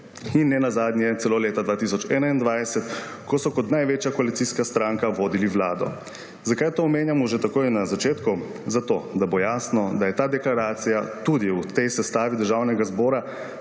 in nenazadnje celo leta 2021, ko so kot največja koalicijska stranka vodili Vlado. Zakaj to omenjamo že takoj na začetku? Zato, da bo jasno, da je ta deklaracija tudi v tej sestavi državnega zbora,